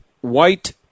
white